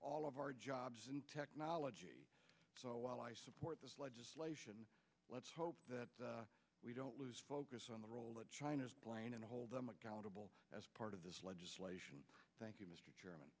all of our jobs in technology so while i support this legislation let's hope that we don't lose focus on the role that china is playing and hold them accountable as part of this legislation thank you mr